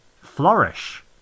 flourish